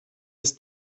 ist